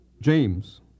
James